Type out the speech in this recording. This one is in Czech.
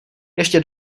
ještě